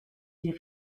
die